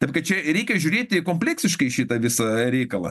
tad kad čia reikia žiūrėti kompleksiškai šitą visą reikalą